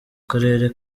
karere